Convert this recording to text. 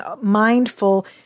mindful